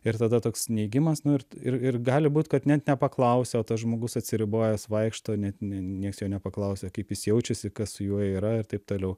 ir tada toks neigimas nu ir ir ir gali būt kad net nepaklausia o tas žmogus atsiribojęs vaikšto net ne nieks jo nepaklausia kaip jis jaučiasi kas su juo yra ir taip toliau